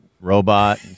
Robot